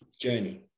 journey